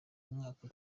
umwaka